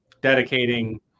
dedicating